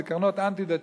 זה קרנות אנטי-דתיים,